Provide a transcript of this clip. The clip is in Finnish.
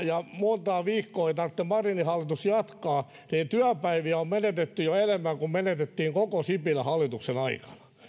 ja montaa viikkoa ei tarvitse marinin hallituksen jatkaa kun työpäiviä on menetetty jo enemmän kuin menetettiin koko sipilän hallituksen aikana